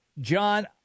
John